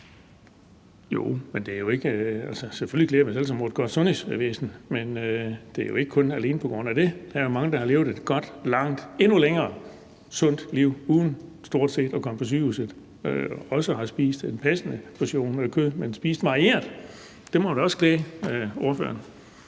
Bonnesen (V): Jo, selvfølgelig glæder vi os alle sammen over et godt sundhedsvæsen, men det er jo ikke alene på grund af det. Der er jo mange, der har levet et godt, langt – endnu længere – sundt liv uden stort set at komme på sygehuset. Det er også folk, der har spist en passende portion kød, men spist varieret. Det må da også glæde ordføreren.